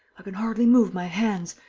i can hardly move my hands.